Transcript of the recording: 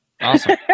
Awesome